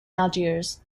algiers